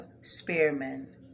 spearmen